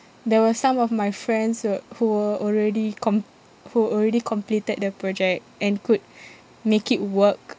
there were some of my friends who were who were already com~ who already completed the project and could make it work